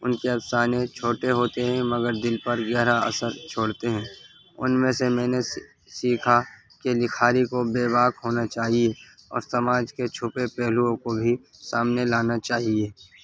ان کے افسانے چھوٹے ہوتے ہیں مگر دل پر گہرا اثر چھوڑتے ہیں ان میں سے میں نے سیکھا کے لکھاری کو بےباک ہونا چاہیے اور سماج کے چھپے پہلوؤں کو بھی سامنے لانا چاہیے